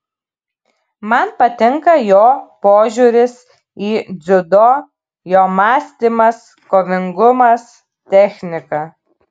man patinka jo požiūris į dziudo jo mąstymas kovingumas technika